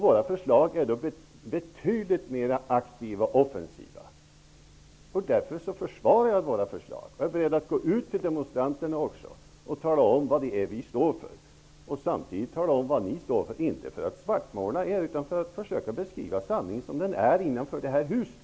Våra förslag är betydligt mera aktiva och offensiva. Därför försvarar jag våra förslag. Jag är också beredd att gå ut till demonstranterna och tala om vad vi står för och samtidigt tala om vad ni står för. Det skulle jag inte göra för att svartmåla er utan för att försöka beskriva den sanning som finns inne i det här huset.